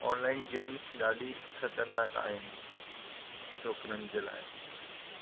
online games ॾाढी ख़तरनाकु आहिनि छोकिरनि जे लाइ